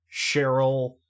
Cheryl